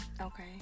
Okay